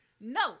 no